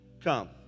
come